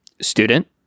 student